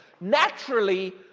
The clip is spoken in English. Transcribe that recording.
Naturally